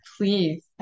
please